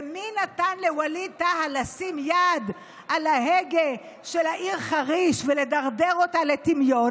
ומי נתן לווליד טאהא לשים יד על ההגה של העיר חריש ולדרדר אותה לטמיון?